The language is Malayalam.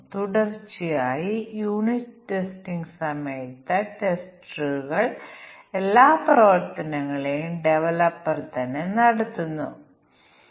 അതിനാൽ ജോഡി തിരിച്ചുള്ള ടെസ്റ്റിംഗ് എന്തുകൊണ്ടാണ് പ്രധാന ആശയം എന്നത് ചില ഘടകങ്ങളുടെ ഇടപഴകൽ മൂലമാണ് തെറ്റ് സംഭവിക്കുന്നത് എന്നതാണ്